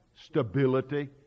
stability